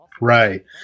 right